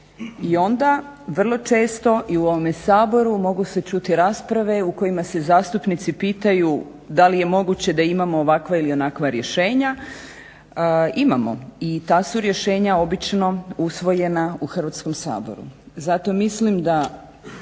I onda vrlo često i u ovome Saboru mogu se čuti rasprave u kojima se zastupnici pitaju da li je moguće da imamo ovakva ili onakva rješenja. Imamo, i ta su rješenja obično usvojena u Hrvatskom saboru. Zato mislim da